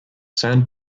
sand